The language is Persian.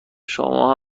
شما